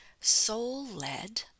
soul-led